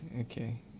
okay